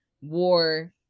war